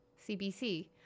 CBC